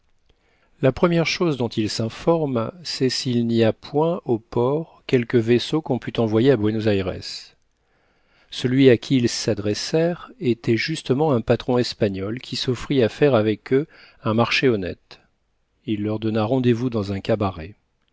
la première chose dont ils s'informent c'est s'il n'y a point au port quelque vaisseau qu'on pût envoyer à buénos ayres celui à qui ils s'adressèrent était justement un patron espagnol qui s'offrit à faire avec eux un marché honnête il leur donna rendez-vous dans un cabaret